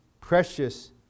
precious